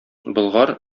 болгар